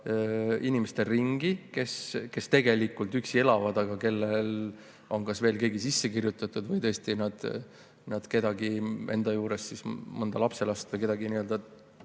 inimeste ringi, kes tegelikult üksi elavad, aga kellel on kas veel keegi sisse kirjutatud või nad kedagi enda juures – mõnda lapselast või kedagi, kes